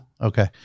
okay